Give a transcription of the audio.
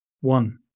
One